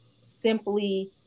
simply